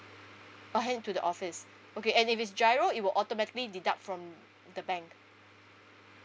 I hand it to the office okay and if it's giro it will automatically deduct from the bank